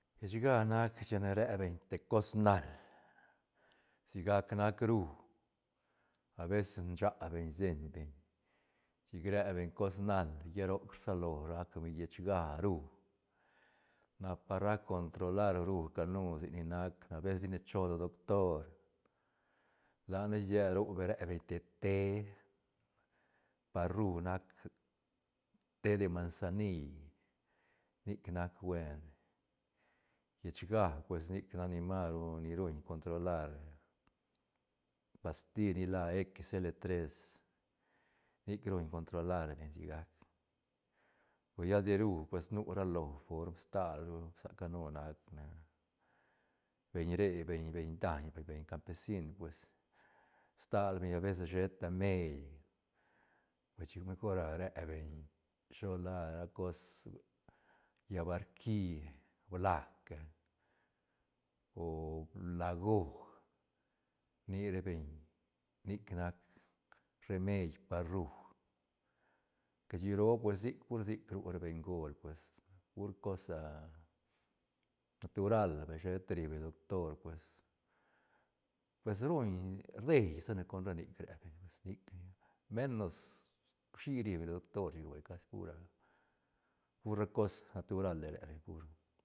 Llechga nac chine re beñ te cos nal si gac nac rú abeces ncha beñ rcein beñ chi re beñ cos nal lla roc rsalo rac beñ llehcga rú na par rac controlar rú ca nu sic ni nac ne abeces ti ne chon lo doctor la ne sied ru beñ re beñ te té par rú nac té de mansanill nic nac buen llechga pues nic nac ni mas ru ni ruñ controlar pasti ni la exis ele tres nic ruñ ne controlarne sigac per lla de rú pues nu ralo form stal ru sa ca nu nac ne beñ re beñ-beñ daiñ beñ campesin pues stal beñ abeces sheta meil pues chin mejor ah re beñ shi lo la ra cos llaá barqui blajca o blajo rni ra beñ nic nac remeid par rú cashiro pues sic pur sic ru ra bengol pues pur cos ah natural vay sheta ri beñ lo doctor pues- pues ruñ rdei sa ne con ra nic re beñ pues nic ni menos uishi ri beñ lo doctor chic vay casi pur ah pur ra cos natural re beñ pur.